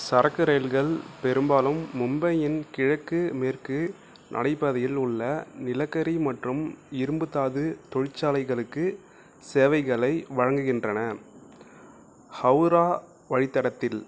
சரக்கு ரயில்கள் பெரும்பாலும் மும்பையின் கிழக்கு மேற்கு நடைபாதையில் உள்ள நிலக்கரி மற்றும் இரும்பு தாது தொழிற்சாலைகளுக்கு சேவைகளை வழங்குகின்றன ஹவுரா வழித்தடத்தில்